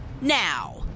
now